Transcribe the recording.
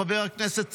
חבר הכנסת סגלוביץ'